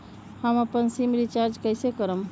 हम अपन SIM recharge कइसे करम?